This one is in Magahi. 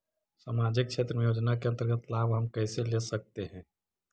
समाजिक क्षेत्र योजना के अंतर्गत लाभ हम कैसे ले सकतें हैं?